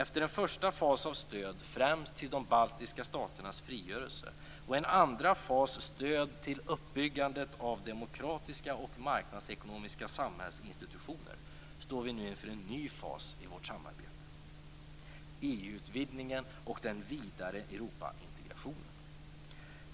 Efter en första fas av stöd främst till de baltiska staternas frigörelse och en andra fas av stöd till uppbyggnad av demokratiska och marknadsekonomiska samhällsinstitutioner, står vi nu inför en ny fas i samarbetet, EU-utvidgningen och den vidare Europaintegrationen.